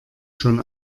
schon